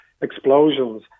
explosions